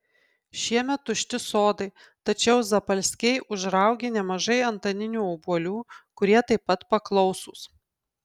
šiemet tušti sodai tačiau zapalskiai užraugė nemažai antaninių obuolių kurie taip pat paklausūs